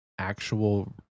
actual